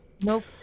Nope